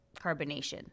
carbonation